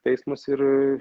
teismas ir